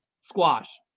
squash